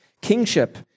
kingship